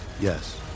Yes